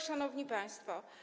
Szanowni Państwo!